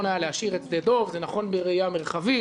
היה להשאיר את שדה דב זה נכון בראייה מרחבית,